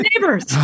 neighbors